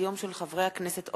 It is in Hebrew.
ברשות יושב-ראש הכנסת,